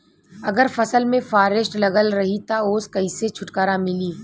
अगर फसल में फारेस्ट लगल रही त ओस कइसे छूटकारा मिली?